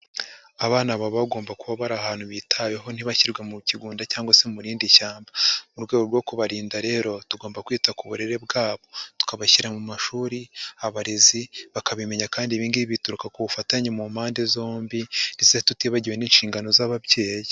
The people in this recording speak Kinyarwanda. Abana baba bagomba kuba bari ahantu bitaweho ntibashyirwe mu kigunda cyangwa se mu rindi shyamba. Mu rwego rwo kubarinda rero, tugomba kwita ku burere bwabo. Tukabashyira mu mashuri, abarezi, bakabimenya kandi ibi ngibi bituruka ku bufatanye mu mpande zombi, ndetse tutibagiwe n'inshingano z'ababyeyi.